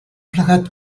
plegat